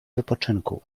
wypoczynku